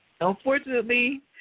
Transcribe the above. Unfortunately